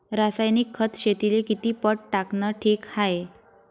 रासायनिक खत शेतीले किती पट टाकनं ठीक हाये?